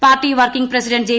party working president J